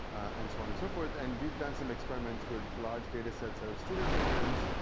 and so on and so forth. and we've done some experiments with large datasets of student programs,